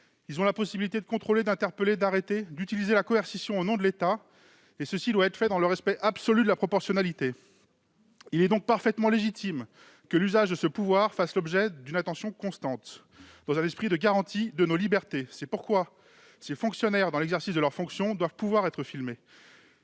ils ont la possibilité de contrôler, d'interpeller, d'arrêter, d'utiliser la coercition au nom de l'État, dans le respect absolu de la proportionnalité. Il est donc parfaitement légitime que l'usage de ce pouvoir fasse l'objet d'une attention constante, dans un esprit de garantie de nos libertés. C'est pourquoi ces fonctionnaires doivent pouvoir être filmés